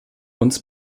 uns